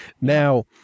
Now